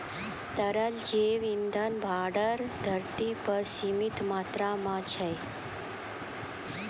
तरल जैव इंधन भंडार धरती पर सीमित मात्रा म छै